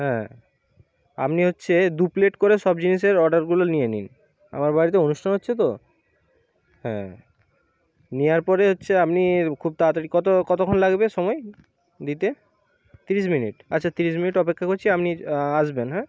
হ্যাঁ আপনি হচ্ছে দু প্লেট করে সব জিনিসের অর্ডারগুলো নিয়ে নিন আমার বাড়িতে অনুষ্ঠান হচ্ছে তো হ্যাঁ নেওয়ার পরে হচ্ছে আপনি খুব তাড়াতাড়ি কত কতক্ষণ লাগবে সময় দিতে তিরিশ মিনিট আচ্ছা তিরিশ মিনিট অপেক্ষা করছি আপনি আসবেন হ্যাঁ